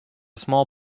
small